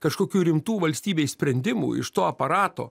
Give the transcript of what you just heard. kažkokių rimtų valstybei sprendimų iš to aparato